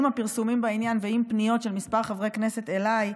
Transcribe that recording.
עם הפרסומים בעניין ועם פניות של כמה חברי כנסת אליי,